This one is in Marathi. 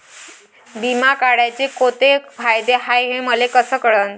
बिमा काढाचे कोंते फायदे हाय मले कस कळन?